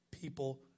People